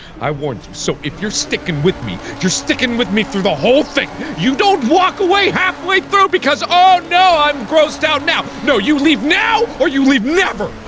i warned you, so if you're sticking with me, you're sticking with me through the whole thing. you don't walk away, halfway through because oh, no i'm grossed out now. no, you leave now or you leave never.